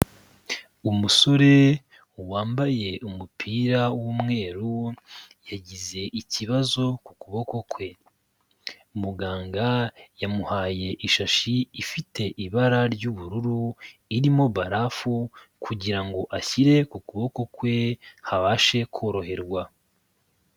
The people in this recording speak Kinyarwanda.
Umusore wambaye umupira w'umweru, yagize ikibazo ku kuboko kwe, muganga yamuhaye ishashi ifite ibara ry'ubururu irimo barafu kugira ngo ashyire ku kuboko kwe habashe koroherwa.